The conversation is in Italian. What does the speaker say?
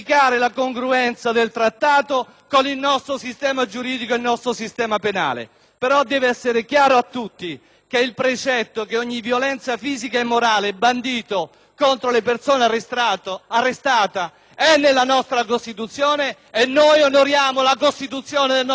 Però deve essere chiaro a tutti che il precetto secondo cui è bandita ogni violenza fisica e morale contro le persone arrestate è nella nostra Costituzione e noi onoriamo la Costituzione del nostro Paese, cari colleghi.